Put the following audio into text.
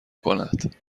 کند